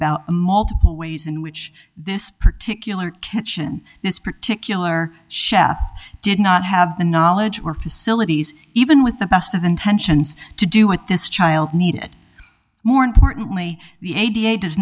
about a multiple ways in which this particular kitchen this particular chef did not have the knowledge or facilities even with the best of intentions to do what this child needed more importantly the a